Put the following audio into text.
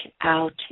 out